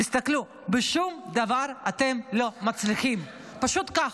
תסתכלו, בשום דבר אתם לא מצליחים, פשוט ככה.